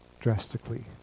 drastically